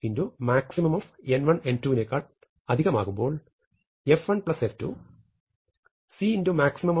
maxn1 n2 നേക്കാൾ അധികമാകുമ്പോൾ f1 f2 c